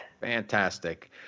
Fantastic